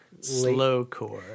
slowcore